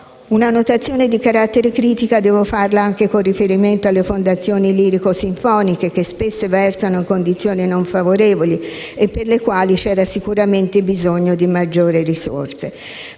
Una notazione di carattere critico devo farla anche con riferimento alle fondazioni lirico-sinfoniche, che spesso versano in condizioni non favorevoli e per le quali c'era sicuramente bisogno di maggiori risorse.